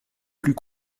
plus